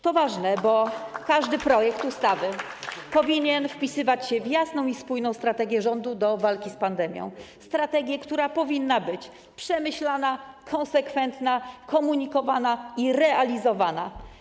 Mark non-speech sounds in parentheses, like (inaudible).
To ważne, bo (applause) każdy projekt ustawy powinien wpisywać się w jasną i spójną strategię rządu dotyczącą walki z pandemią, strategię, która powinna być przemyślana, konsekwentna, komunikowana i realizowana.